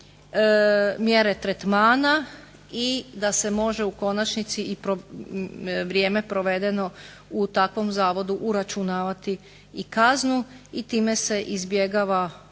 mjere tretmana i da se može u konačnici vrijeme provedeno u takvom zavodu uračunavati i kaznu i time se izbjegava ono,